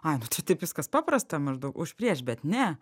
ai nu čia taip viskas paprasta maždaug už prieš bet ne